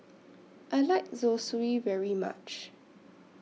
I like Zosui very much